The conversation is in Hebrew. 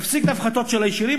ותפסיק את ההפחתות של הישירים.